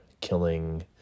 killing